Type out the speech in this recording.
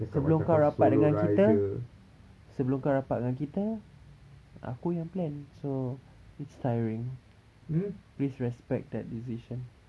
sebelum kau rapat dengan kita sebelum kau rapat dengan kita aku yang plan so it's tiring please respect that decision